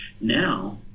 Now